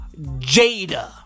Jada